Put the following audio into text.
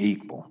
equal